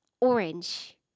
orange